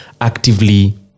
actively